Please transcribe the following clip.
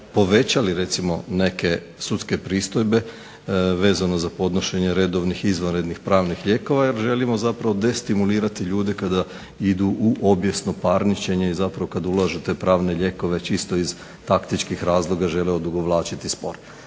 povećali recimo neke sudske pristojbe vezano za podnošenje redovnih i izvanrednih pravnih lijekova jer zapravo želimo destimulirati ljude kada idu u obijesno parničenje i zapravo kada ulažu te pravne lijekove čisto iz taktičkih razloga žele odugovlačiti spor.